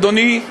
אדוני,